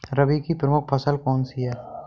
रबी की प्रमुख फसल कौन सी है?